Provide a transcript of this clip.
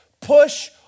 push